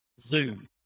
Zoom